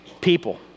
people